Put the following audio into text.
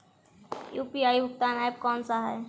UPI भुगतान app कौन सा है?